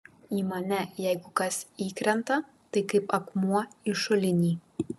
į mane jeigu kas įkrenta tai kaip akmuo į šulinį